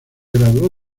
graduó